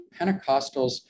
Pentecostals